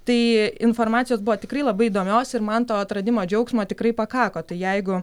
tai informacijos buvo tikrai labai įdomios ir man to atradimo džiaugsmo tikrai pakako tai jeigu